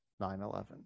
9-11